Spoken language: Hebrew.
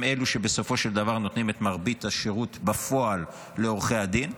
הם אלו שבסופו של דבר נותנים את מרבית השירות בפועל לעורכי הדין.